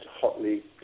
hotly